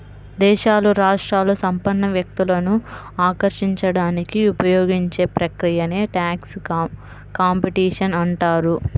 దేశాలు, రాష్ట్రాలు సంపన్న వ్యక్తులను ఆకర్షించడానికి ఉపయోగించే ప్రక్రియనే ట్యాక్స్ కాంపిటీషన్ అంటారు